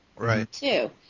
Right